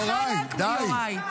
יוראי, די.